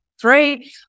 three